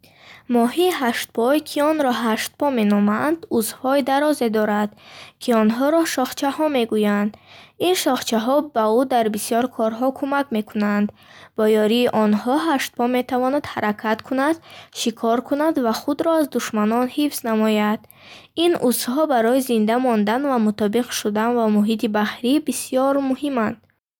Моҳии хаштпой, ки онро хаштпо ё осминог меноманд, узвҳои дарозе дорад, ки онҳоро шохчаҳо ё шупала мегӯянд. Ин шупалаҳо ба ӯ дар бисёр корҳо кумак мекунанд. Бо ёрии онҳо хаштпо метавонад ҳаракат кунад, шикор кунад ва худро аз душманон ҳифз намояд. Дар ҳар шупала ҳазорон нейронҳои ҳискунанда ҳастанд, ки ба ӯ кӯмак мекунанд муҳити атрофро эҳсос намояд. Ҳаштпо ҳатто метавонад бо шупалаҳояш чизҳоро кушояд. Ин узвҳо барои зинда мондан ва мутобиқ шудан ба муҳити баҳрӣ бисёр муҳиманд.